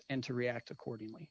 and to react accordingly